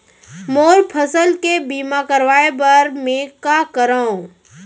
मोर फसल के बीमा करवाये बर में का करंव?